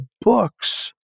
books